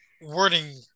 wording